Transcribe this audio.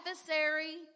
adversary